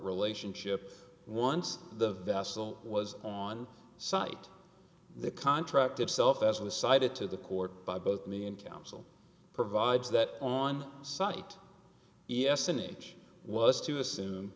relationship once the vassal was on site the contract itself as an the side it to the court by both me and council provides that on site e s an age was to assume